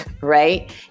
right